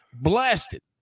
blasted